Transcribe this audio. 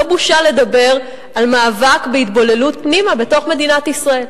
לא בושה לדבר על מאבק בהתבוללות פנימה בתוך מדינת ישראל.